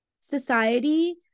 society